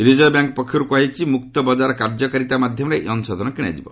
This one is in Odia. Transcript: ରିଜର୍ଭ ବ୍ୟାଙ୍କ୍ ପକ୍ଷରୁ କୁହାଯାଇଛି ଯେ ମୁକ୍ତ ବଜାର କାର୍ଯ୍ୟକାରିତା ମାଧ୍ୟମରେ ଏହି ଅଂଶଧନ କିଶାଯିବ